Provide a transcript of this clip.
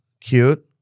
Cute